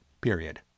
period